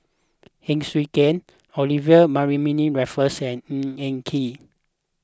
Heng Swee Keat Olivia Mariamne Raffles and Ng Eng Kee